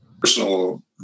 personal